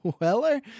Weller